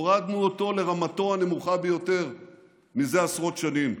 הורדנו אותו לרמתו הנמוכה ביותר זה עשרות שנים.